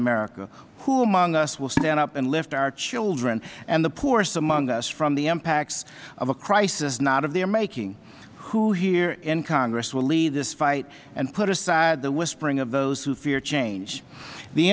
america who among us will stand up and lift our children and the poorest among us from the impacts of a crisis not of their making who here in congress will lead this fight and put aside the whispering of those who fear change the